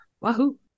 Wahoo